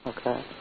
Okay